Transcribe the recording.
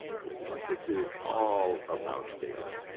so statistics is all about data.